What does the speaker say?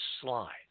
slide